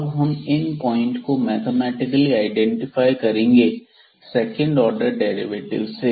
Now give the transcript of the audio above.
अब हम इन पॉइंट को मैथमेटिकली आईडेंटिफाई करेंगे सेकंड ऑर्डर डेरिवेटिव से